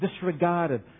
disregarded